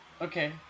Okay